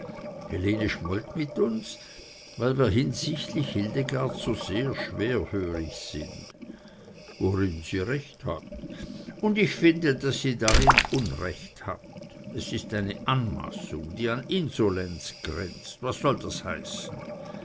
helene schmollt mit uns weil wir hinsichtlich hildegards so sehr schwerhörig sind worin sie recht hat und ich finde daß sie darin unrecht hat es ist eine anmaßung die an insolenz grenzt was soll das heißen